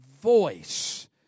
voice